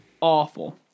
Awful